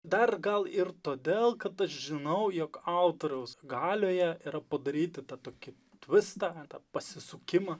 dar gal ir todėl kad aš žinau jog autoriaus galioje yra padaryti tą tokį tvistą tą pasisukimą